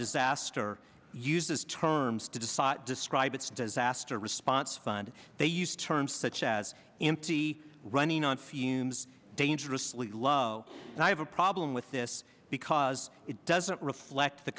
disaster uses terms to decide describe its disaster response fund they use terms such as empty running on fumes dangerously low and i have a problem with this because it doesn't reflect the